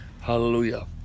Hallelujah